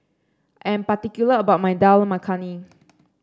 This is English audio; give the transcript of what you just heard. I am particular about my Dal Makhani